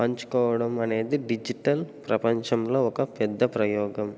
పంచుకోవడం అనేది డిజిటల్ ప్రపంచంలో ఒక పెద్ద ప్రయోగం